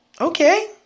okay